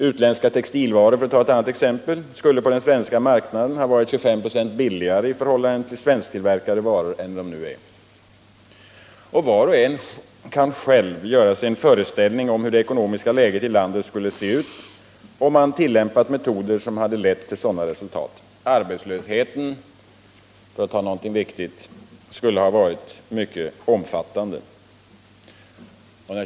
Utländska textilvaror, för att ta ett annat exempel, skulle på den svenska marknaden ha varit 25 96 billigare i förhållande till svensktillverkade varor än de i dag är. Var och en kan själv göra sig en föreställning om hur det ekonomiska läget i landet skulle ha sett ut, om man hade tillämpat metoder som lett till sådana resultat. Arbetslösheten, för att ta någonting viktigt, skulle ha varit mycket omfattande.